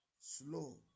slow